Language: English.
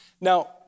Now